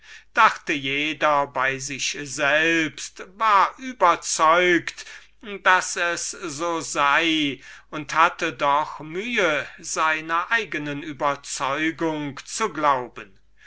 dachte jeder bei sich selbst war überzeugt daß es so sei und hatte doch mühe seiner eigenen überzeugung zu glauben